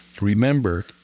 Remember